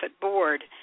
Board